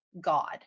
God